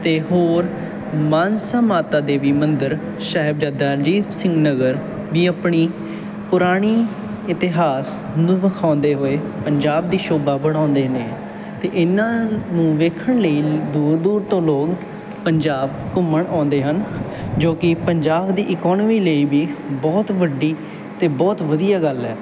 ਅਤੇ ਹੋਰ ਮਾਨਸਾ ਮਾਤਾ ਦੇਵੀ ਮੰਦਰ ਸਾਹਿਬਜ਼ਾਦਾ ਅਜੀਤ ਸਿੰਘ ਨਗਰ ਵੀ ਆਪਣੀ ਪੁਰਾਣੀ ਇਤਿਹਾਸ ਨੂੰ ਵਿਖਾਉਂਦੇ ਹੋਏ ਪੰਜਾਬ ਦੀ ਸ਼ੋਭਾ ਬੜ੍ਹਾਉਂਦੇ ਨੇ ਅਤੇ ਇਹਨਾਂ ਨੂੰ ਵੇਖਣ ਲਈ ਦੂਰ ਦੂਰ ਤੋਂ ਲੋਕ ਪੰਜਾਬ ਘੁੰਮਣ ਆਉਂਦੇ ਹਨ ਜੋ ਕਿ ਪੰਜਾਬ ਦੀ ਇਕੋਨਮੀ ਲਈ ਵੀ ਬਹੁਤ ਵੱਡੀ ਅਤੇ ਬਹੁਤ ਵਧੀਆ ਗੱਲ ਹੈ